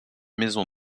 maison